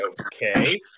okay